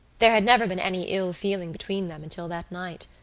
there had never been any ill-feeling between them until that night.